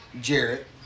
Jarrett